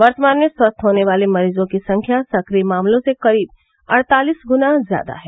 वर्तमान में स्वस्थ होने वाले मरीजों की संख्या सक्रिय मामलों से करीब अड़तालिस गुना ज्यादा है